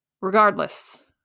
regardless